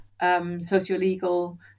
Socio-legal